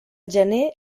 gener